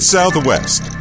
Southwest